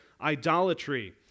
Idolatry